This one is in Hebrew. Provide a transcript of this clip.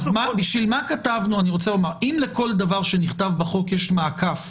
אם לכל דבר שנכתב בחוק יש מעקף